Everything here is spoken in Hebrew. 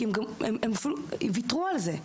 הם ויתרו על זה.